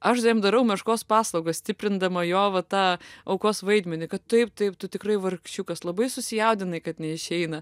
aš jam darau meškos paslaugą stiprindama jo va tą aukos vaidmenį kad taip taip tu tikrai vargšiukas labai susijaudinai kad neišeina